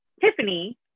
Tiffany